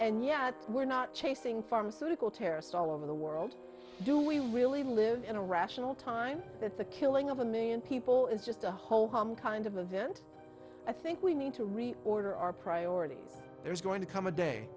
and yet we're not chasing pharmaceutical terrorists all over the world do we really live in a rational time that the killing of a million people is just a whole home kind of event i think we need to reorder our priorities there's going to come a day